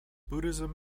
buddhism